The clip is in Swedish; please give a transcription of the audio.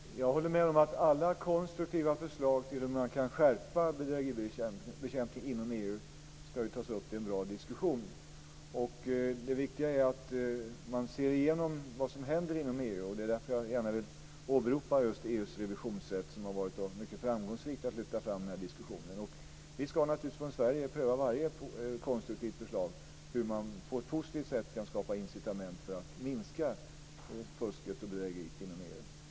Fru talman! Jag håller med om att alla konstruktiva förslag till hur man kan skärpa bedrägeribekämpningen inom EU ska tas upp till en bra diskussion. Det viktiga är att man ser igenom vad som händer inom EU. Det är därför jag gärna vill åberopa just EU:s revisionsrätt, som har varit mycket framgångsrik i att lyfta fram den här diskussionen. Vi ska naturligtvis från Sverige pröva varje konstruktivt förslag till hur man på ett positivt sätt kan skapa incitament för att minska fusk och bedrägeri inom EU.